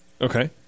Okay